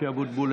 משה אבוטבול,